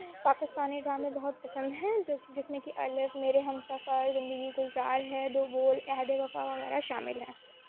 پاکستانی ڈرامے بہت پسند ہیں جو جس میں کہ آئی لو میرے ہم سفر زندگی گلزار ہے دو بول عہد وفا وغیرہ شامل ہیں